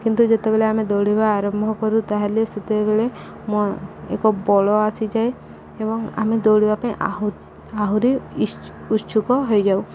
କିନ୍ତୁ ଯେତେବେଳେ ଆମେ ଦୌଡ଼ିବା ଆରମ୍ଭ କରୁ ତା'ହେଲେ ସେତେବେଳେ ମୋ ଏକ ବଳ ଆସିଯାଏ ଏବଂ ଆମେ ଦୌଡ଼ିବା ପାଇଁ ଆହୁ ଆହୁରି ଇତ୍ସୁ ଉତ୍ସୁକ ହେଇଯାଉ